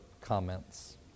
comments